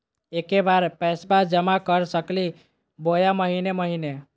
एके बार पैस्बा जमा कर सकली बोया महीने महीने?